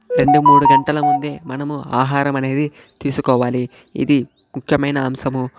రెండు మూడు గంటల ముందే మనము ఆహారం అనేది తీసుకోవాలి ఇది ముఖ్యమైన అంశము